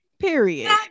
Period